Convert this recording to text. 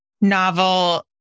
novel